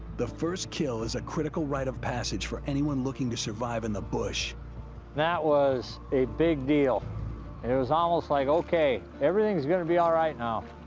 the first kill is a critical rite of passage for anyone looking to survive in the bush. marty that was a big deal. and it was almost like, okay, everything's gonna be all right now.